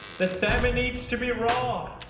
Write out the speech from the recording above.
the salmon needs to be raw